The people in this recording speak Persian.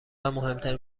مهمترین